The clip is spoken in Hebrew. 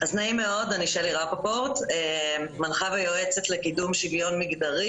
נעים מאוד, אני מנחה ויועצת לקידום שוויון מגדרי.